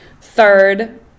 third